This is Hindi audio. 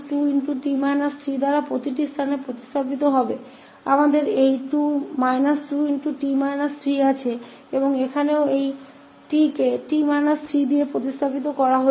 तो हर जगह पर हमारे पास यह −2𝑡 3 है और यहां भी t को भी 𝑡 − 3 से बदल दिया गया है